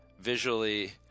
visually